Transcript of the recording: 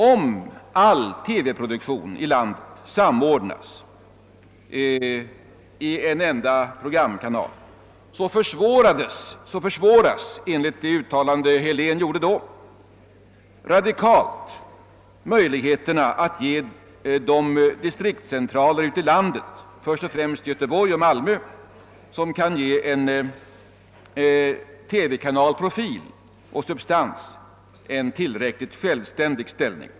Om all TV-produktion i landet samordnas i en enda programkanal, försvåras, enligt det uttalande herr Helén gjorde då, radikalt möjligheterna att tillförsäkra de distriktscentraler ute i landet, först och främst Göteborg och Malmö, som kan ge en TV-kanal profil och substans, en tillräckligt självständig ställning.